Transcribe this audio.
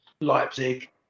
Leipzig